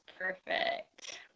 perfect